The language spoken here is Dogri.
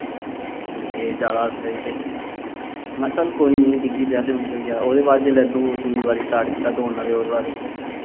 लगे जैदा हस्सन ते महां ठीक ऐ चल डिग्गी पेआ ते केह् ऐ उसदे बाद जिसलै दौड़ दुई बार स्टार्ट कीता दौड़ना ते